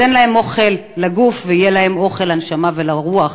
תן להם אוכל לגוף ויהיה להם אוכל לנשמה ולרוח.